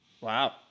Wow